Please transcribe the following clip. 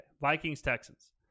Vikings-Texans